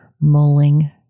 mulling